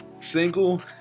single